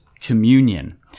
communion